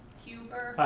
hubert. aye.